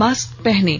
mask पहनें